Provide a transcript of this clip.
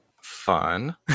fun